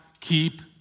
keep